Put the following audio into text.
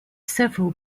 several